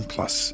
Plus